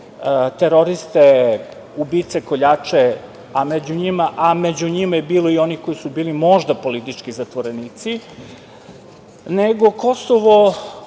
teroriste, ubice, koljače, a među njima je bilo i onih koji su bili možda politički zatvorenici, nego Kosovo